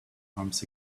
arms